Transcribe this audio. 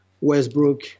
Westbrook